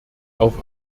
auf